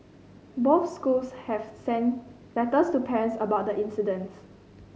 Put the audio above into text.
both schools have sent letters to parents about the incidents